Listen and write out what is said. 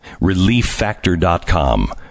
relieffactor.com